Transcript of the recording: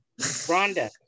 Rhonda